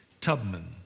Tubman